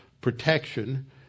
protection